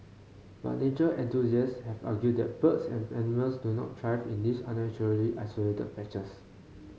but nature enthusiasts have argued that birds and animals do not thrive in these unnaturally isolated patches